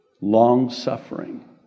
Long-suffering